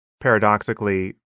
paradoxically